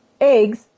eggs